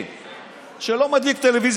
בירכנו עליו,